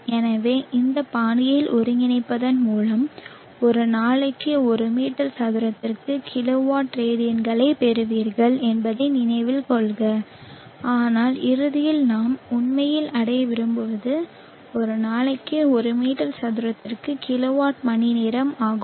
எனவே இந்த பாணியில் ஒருங்கிணைப்பதன் மூலம் ஒரு நாளைக்கு ஒரு மீட்டர் சதுரத்திற்கு கிலோவாட் ரேடியன்களைப் பெறுவீர்கள் என்பதை நினைவில் கொள்க ஆனால் இறுதியில் நாம் உண்மையில் அடைய விரும்புவது ஒரு நாளைக்கு ஒரு மீட்டர் சதுரத்திற்கு கிலோவாட் மணிநேரம் ஆகும்